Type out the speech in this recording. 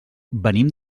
venim